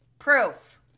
proof